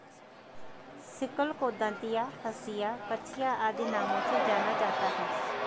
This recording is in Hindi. सिक्ल को दँतिया, हँसिया, कचिया आदि नामों से जाना जाता है